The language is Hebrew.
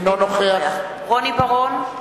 אינו נוכח רוני בר-און,